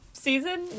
season